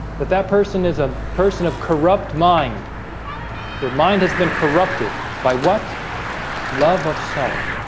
that that person is a person of corrupt mind their mind has been corrupted by what love of self